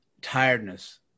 Tiredness